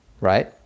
right